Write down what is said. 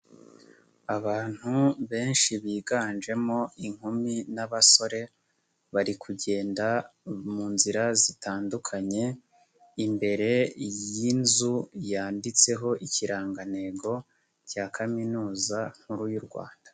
Abantu benshi biganjemo inkumi n'abasore, bari kugenda mu nzira zitandukanye, imbere y'inzu yanditseho ikirangantego cya Kaminuza nkuru y'u Rwanda.